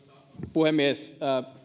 puhemies